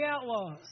outlaws